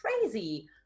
crazy